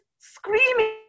screaming